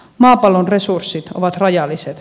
maapallon resurssit ovat rajalliset